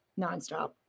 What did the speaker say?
nonstop